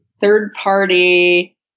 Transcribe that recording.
third-party